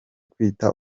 kwita